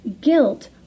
Guilt